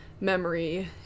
memory